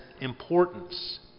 importance